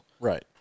Right